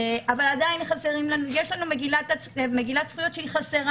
אבל עדיין יש לנו מגילת זכויות שהיא חסרה.